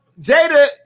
Jada